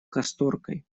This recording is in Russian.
касторкой